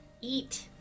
Eat